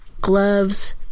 gloves